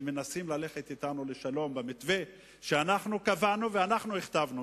שמנסות ללכת אתנו לשלום במתווה שאנחנו קבענו ואנחנו הכתבנו,